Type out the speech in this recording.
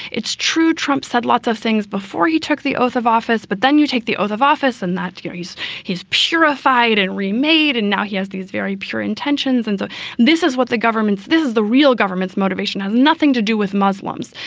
it's true. trump said lots of things before he took the oath of office. but then you take the oath of office, and that is he's he's purified and remade. and now he has these very pure intentions. and so this is what the government's. this is the real government's motivation, has nothing to do with muslims,